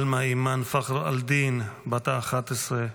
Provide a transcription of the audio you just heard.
אלמא איימן פח'ר אל-דין, בת 11,